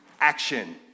action